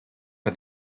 for